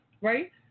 Right